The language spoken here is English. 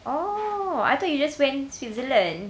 orh I thought you just went switzerland